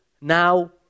now